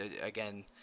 Again